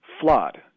flawed